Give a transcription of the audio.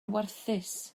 warthus